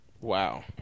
Wow